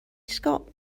scott